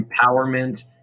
empowerment